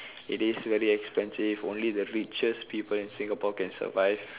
it is very expensive only the richest people in Singapore can survive